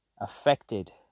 affected